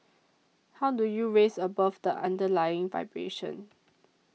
how do you rise above the underlying vibration